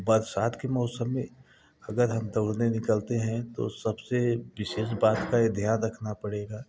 बरसात के मौसम में अगर हम दौड़ने निकलते हैं तो सबसे विशेष बात का ये ध्यान रखना पड़ेगा